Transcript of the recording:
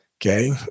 Okay